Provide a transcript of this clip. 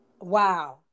Wow